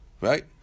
Right